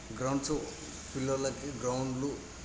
grounds పిల్లోళ్ళకి గ్రౌండ్లు